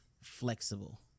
flexible